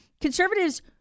Conservatives